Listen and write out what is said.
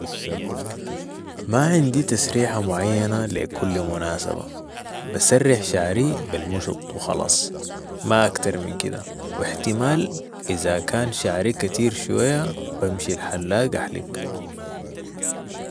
ما عندي تسريحه معينه لكل مناسبه بسرح شعري بالمشط وخلاص، ما اكتر من اكده واحتمال اذا كان شعري كتير شويه بمشي الحلاق احلق